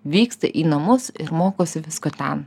vyksta į namus ir mokosi visko ten